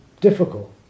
difficult